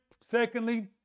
Secondly